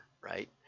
right